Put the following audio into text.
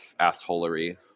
assholery